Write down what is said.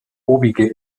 obige